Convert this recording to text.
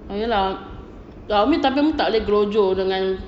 ya lah tapi umi tak boleh gelojoh dengan